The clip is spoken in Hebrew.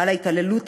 על התעללות,